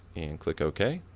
and click okay.